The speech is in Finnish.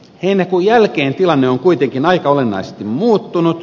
heinäkuun jälkeen tilanne on kuitenkin aika olennaisesti muuttunut